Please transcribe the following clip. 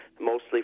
mostly